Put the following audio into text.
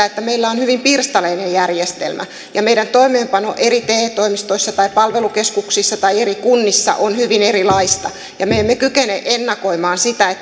että meillä on hyvin pirstaleinen järjestelmä ja meidän toimeenpano eri te toimistoissa tai palvelukeskuksissa tai eri kunnissa on hyvin erilaista ja me emme kykene ennakoimaan sitä